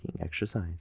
exercise